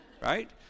Right